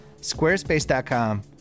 Squarespace.com